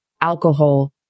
alcohol